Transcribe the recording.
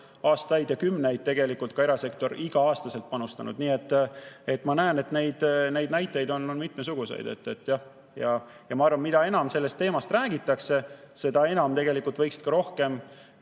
aastaid ja aastakümneid tegelikult ka erasektor igal aastal panustanud. Nii et ma näen, et näiteid on mitmesuguseid. Ma arvan, et mida enam sellest teemast räägitakse, seda enam tegelikult võiksid ka rohkem